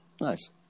nice